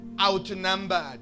outnumbered